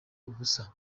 ubusa